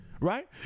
right